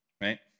right